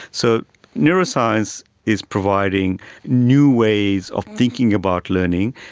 so neuroscience is providing new ways of thinking about learning,